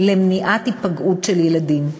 למניעת היפגעות של ילדים,